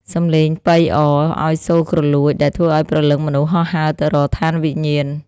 សំឡេងប៉ីអរឱ្យសូរគ្រលួចដែលធ្វើឱ្យព្រលឹងមនុស្សហោះហើរទៅរកឋានវិញ្ញាណ។